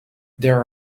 there